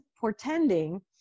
portending